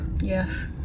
Yes